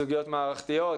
סוגיות מערכתיות,